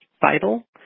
vital